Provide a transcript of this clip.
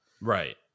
Right